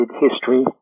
history